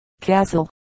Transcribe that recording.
Castle